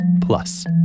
Plus